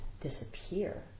disappear